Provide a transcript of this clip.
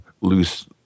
loose